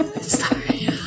Sorry